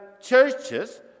churches